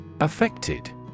Affected